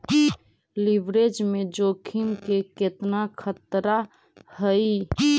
Leverage में जोखिम के केतना खतरा हइ?